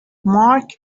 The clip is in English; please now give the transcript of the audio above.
mark